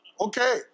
okay